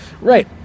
right